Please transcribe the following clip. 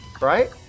Right